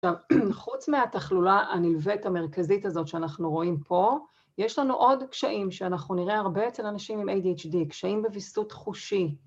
עכשיו, חוץ מהתכלולה הנלווית המרכזית הזאת שאנחנו רואים פה, יש לנו עוד קשיים שאנחנו נראה הרבה אצל אנשים עם ADHD, קשיים בביסות חושי.